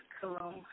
Hello